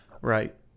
right